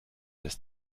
ist